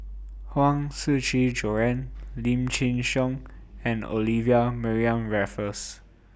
Huang Shiqi Joan Lim Chin Siong and Olivia Mariamne Raffles